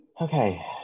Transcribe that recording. okay